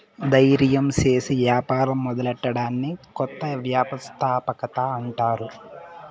దయిర్యం సేసి యాపారం మొదలెట్టడాన్ని కొత్త వ్యవస్థాపకత అంటారు